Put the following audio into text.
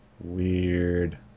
Weird